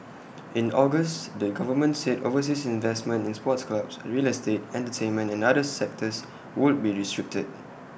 in August the government said overseas investments in sports clubs real estate entertainment and other sectors would be restricted